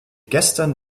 gestern